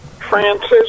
Francis